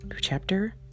chapter